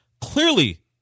Clearly